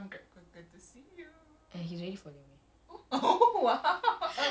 I don't I don't I don't want I don't want weirdos following me